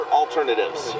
alternatives